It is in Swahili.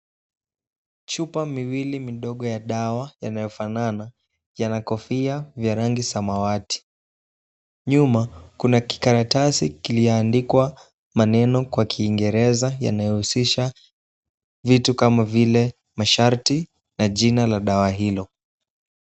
Chupa miwili midogo ya dawa yanayofanana yana kofia vya rangi samawati. Nyuma kuna kikaratasi kiliandikwa maneno kwa kiingereza yanayohusisha vitu kama vile masharti na jina la dawa hilo.